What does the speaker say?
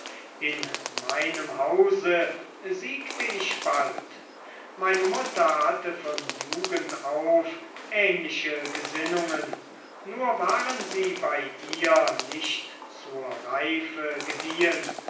in meinem hause siegte ich bald meine mutter hatte von jugend auf ähnliche gesinnungen nur waren sie bei ihr nicht zur reife gediehen